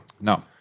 no